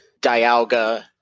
dialga